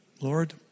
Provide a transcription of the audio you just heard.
Lord